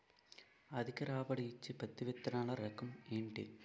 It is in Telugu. అధిక రాబడి ఇచ్చే పత్తి విత్తనములు రకం ఏంటి?